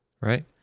Right